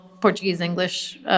Portuguese-English